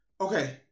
Okay